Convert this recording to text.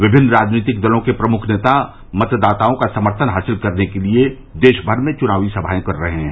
विभिन्न दलों के प्रमुख नेता मतदातओं का समर्थन हासिल करने के लिए देशभर में चुनावी सभाए कर रहे हैं